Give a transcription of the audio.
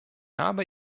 habe